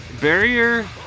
Barrier